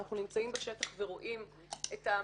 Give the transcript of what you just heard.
אנחנו נמצאים בשטח ורואים את המציאות.